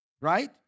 Right